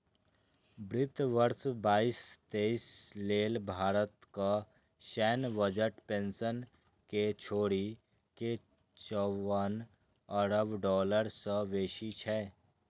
वित्त वर्ष बाईस तेइस लेल भारतक सैन्य बजट पेंशन कें छोड़ि के चौवन अरब डॉलर सं बेसी छै